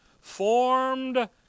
formed